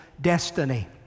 destiny